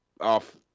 off